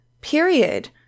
period